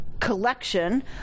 collection